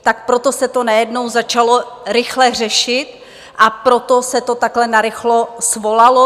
Tak proto se to najednou začalo rychle řešit a proto se to takhle narychlo svolalo.